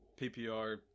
PPR